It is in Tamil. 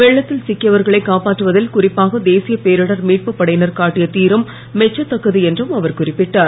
வெள்ளத்தில் சிக்கியவர்களை காப்பாற்றுவதில் குறிப்பாக தேசிய பேரிடர் மீட்புப் படையினர் காட்டிய திரம் மெச்சத்தக்கது என்றும் அவர் குறிப்பிட்டார்